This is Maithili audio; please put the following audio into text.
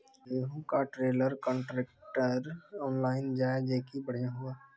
गेहूँ का ट्रेलर कांट्रेक्टर ऑनलाइन जाए जैकी बढ़िया हुआ